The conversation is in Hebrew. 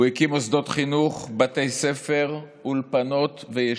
הוא הקים מוסדות חינוך, בתי ספר, אולפנות וישיבות,